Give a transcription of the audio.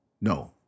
No